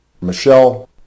Michelle